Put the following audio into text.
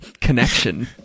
connection